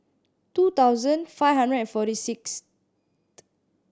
two thousand five hundred and forty sixth